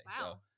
Wow